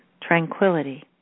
tranquility